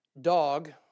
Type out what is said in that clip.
Dog